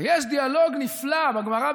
ויש דיאלוג נפלא בגמרא,